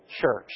church